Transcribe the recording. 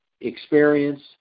experience